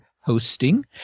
hosting